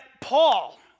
Paul